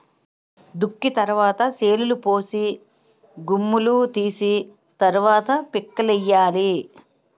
దుక్కి తరవాత శాలులుపోసి గుమ్ములూ తీసి తరవాత పిక్కలేయ్యాలి